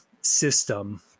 system